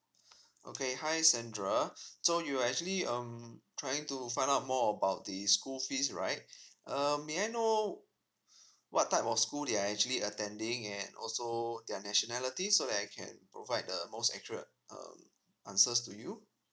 okay hi sandra so you're actually um trying to find out more about the school fees right uh may I know what type of school they're actually attending and also their nationalities so that I can provide um the most accurate uh answers to you